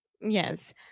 Yes